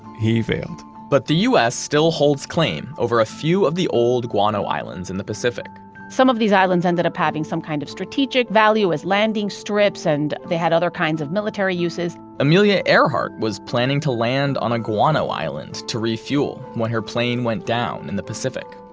he failed but the us still holds claim over a few of the old guano islands in the pacific some of these islands ended up having some kind of strategic value as landing strips, and they had other kinds of military uses amelia earhart was planning to land on a guano island to refuel when her plane went down in the pacific.